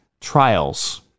trials